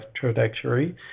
trajectory